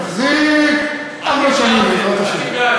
נחזיק ארבע שנים, בעזרת השם.